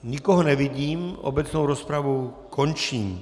Nikoho nevidím, obecnou rozpravu končím.